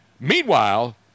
Meanwhile